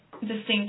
distinct